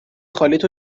خالیت